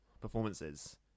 performances